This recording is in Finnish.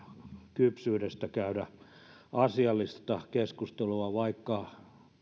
kypsyydestä käydä asiallista keskustelua vaikka